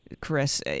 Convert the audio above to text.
Chris